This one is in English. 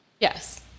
Yes